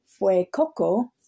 Fuecoco